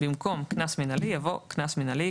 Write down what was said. במקום "קנס מינהלי" יבוא "קנס מינהלי,